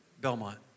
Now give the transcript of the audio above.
Belmont